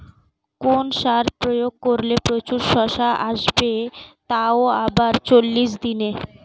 কোন সার প্রয়োগ করলে প্রচুর শশা আসবে তাও আবার চল্লিশ দিনে?